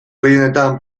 gehienetan